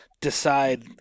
decide